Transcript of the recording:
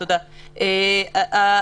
תודה, קארין.